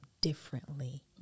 differently